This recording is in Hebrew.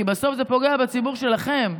כי בסוף זה פוגע בציבור שלכם,